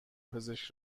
پزشک